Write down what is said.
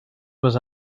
was